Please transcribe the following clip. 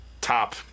top